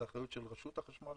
זאת אחריות של רשות החשמל,